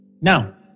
Now